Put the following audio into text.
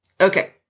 Okay